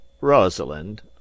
Rosalind